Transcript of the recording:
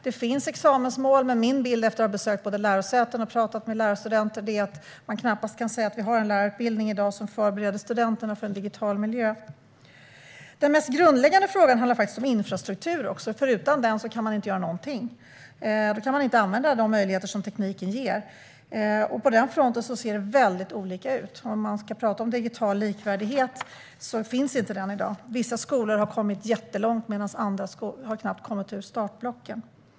Det finns examensmål, men min bild efter att ha besökt lärosäten och pratat med lärarstudenter är att man knappast kan säga att vi i dag har en lärarutbildning som förbereder studenterna för en digital miljö. Den mest grundläggande frågan handlar faktiskt om infrastruktur, för utan den kan man inte göra någonting. Utan den kan man inte använda de möjligheter tekniken ger, och på den fronten ser det väldigt olika ut. Vi kan tala om en digital likvärdighet, men den finns inte i dag; vissa skolor har kommit jättelångt medan andra knappt har kommit ur startblocken.